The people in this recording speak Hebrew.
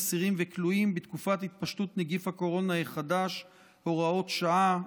אסירים וכלואים בתקופת התפשטות נגיף הקורונה החדש (הוראת שעה),